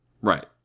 Right